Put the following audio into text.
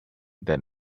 that